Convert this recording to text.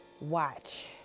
watch